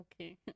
Okay